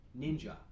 ninja